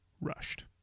rushed